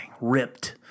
Ripped